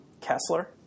Kessler